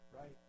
right